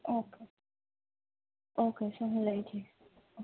okay okay sir હું લઈ જઈશ